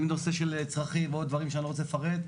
עם נושא של צרכים ועוד דברים שאני לא רוצה לפרט,